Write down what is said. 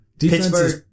pittsburgh